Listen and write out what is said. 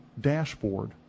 dashboard